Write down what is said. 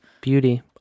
Beauty